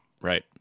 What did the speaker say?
right